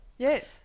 Yes